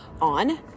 on